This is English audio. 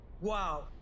Wow